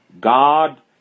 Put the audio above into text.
God